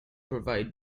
provide